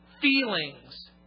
Feelings